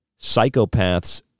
psychopaths